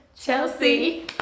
Chelsea